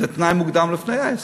זה תנאי מוקדם לפני ההסכם.